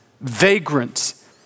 vagrants